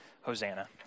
Hosanna